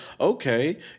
okay